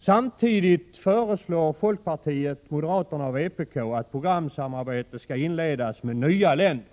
Samtidigt föreslår folkpartiet, moderaterna och vpk att programsamarbete skall inledas med nya länder.